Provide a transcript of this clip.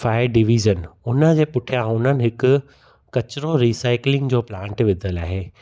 फाए division उन्हनि जे पुठियां उन्हनि हिकु कचरो रीसाइक्लिंग जो प्लांट विधलु आहे